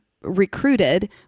recruited